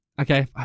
Okay